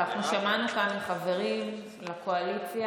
אבל שמענו כאן חברים לקואליציה,